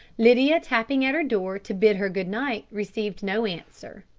lydia tapping at her door to bid her good night received no answer.